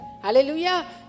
Hallelujah